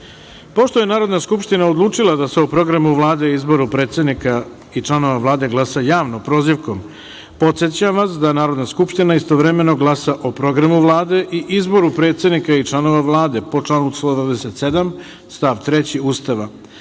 je Narodna skupština odlučila da se o Programu Vlade i izboru predsednika i članova Vlade glasa javno – prozivkom, podsećam vas da Narodna skupština istovremeno glasa o Programu Vlade i izboru predsednika i članova Vlade po članu 127. stav 3. Ustava,